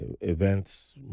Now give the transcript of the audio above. events